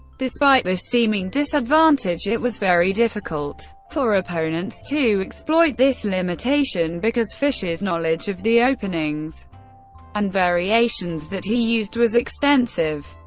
despite this seeming disadvantage, it was very difficult for opponents to exploit this limitation, because fischer's knowledge of the openings and variations that he used was extensive.